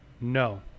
no